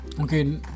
Okay